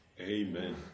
Amen